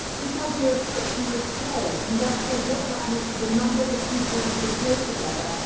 this idea of frictionless play. and therefore what that meant for the numbers of people who could play together.